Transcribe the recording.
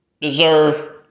deserve